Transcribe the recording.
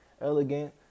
elegant